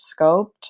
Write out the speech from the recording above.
scoped